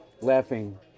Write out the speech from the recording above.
laughing